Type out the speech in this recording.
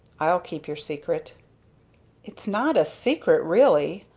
i'll keep your secret its not a secret really,